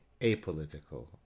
apolitical